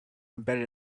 embedded